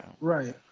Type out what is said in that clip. right